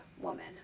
woman